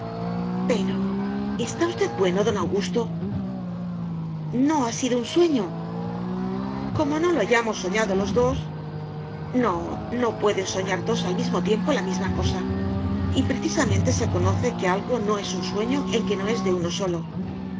pero está usted bueno don augusto no ha sido un sueño como no lo hayamos soñado los dos no no pueden soñar dos al mismo tiempo la misma cosa y precisamente se conoce que algo no es sueño en que no es de uno solo